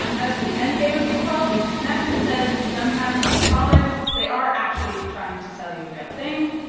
as for the endgame of these calls, maxson says, sometimes, these callers they are actually trying to sell you a real thing.